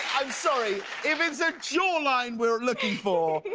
i'm sorry, if it's a jaw line we're looking for,